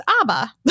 Abba